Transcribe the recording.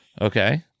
Okay